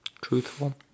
Truthful